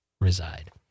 reside